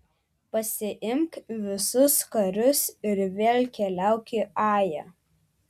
pasiimk visus karius ir vėl keliauk į ają